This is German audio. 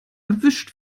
erwischt